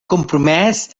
compromès